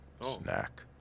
Snack